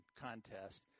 contest